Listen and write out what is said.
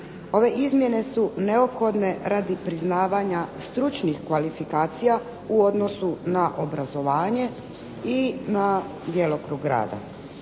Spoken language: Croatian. Ove izmjene su neophodne radi priznavanja stručnih kvalifikacija u odnosu na obrazovanje i na djelokrug rada.